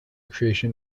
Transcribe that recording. creation